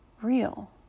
real